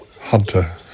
hunter